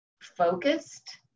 focused